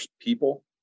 people